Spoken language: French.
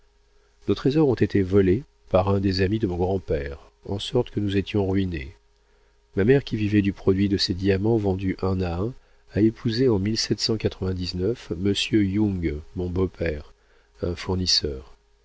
trésors ont été volés par un des amis de mon grand-père en sorte que nous étions ruinés ma mère qui vivait du produit de ses diamants vendus un à un a épousé en m yang mon beau-père un fournisseur